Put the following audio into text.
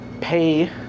pay